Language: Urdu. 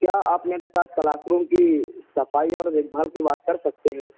کیا آپ میرے ساتھ کلاس روم کی صفائی اور دیکھ بھال کی بات کر سکتے ہیں